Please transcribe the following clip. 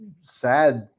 sad